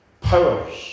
powers